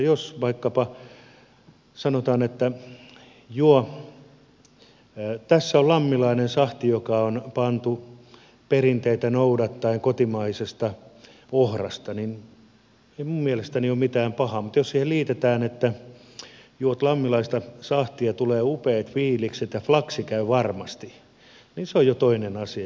jos vaikkapa sanotaan että juo tässä on lammilainen sahti joka on pantu perinteitä noudattaen kotimaisesta ohrasta niin siinä ei minun mielestäni ole mitään pahaa mutta jos siihen liitetään että kun juot lammilaista sahtia tulee upeat fiilikset ja flaksi käy varmasti niin se on jo toinen asia